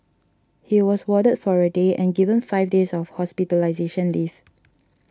he was warded for a day and given five days of hospitalisation leave